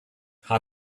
how